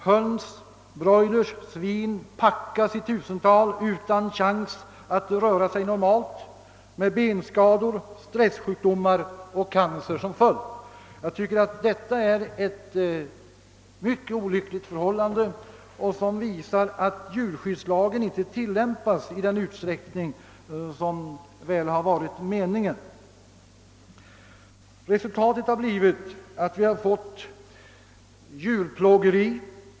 Höns, broilers och svin packas ihop i tusental utan chans att röra sig normalt, med benskador, stressjukdomar och cancer som följd. Detta är ju ett mycket olyckligt förhållande, som visar att djurskyddslagen inte tillämpas i den utsträckning som meningen varit. Resultatet har också blivit djurplågeri.